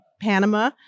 Panama